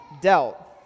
dealt